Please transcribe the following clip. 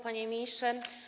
Panie Ministrze!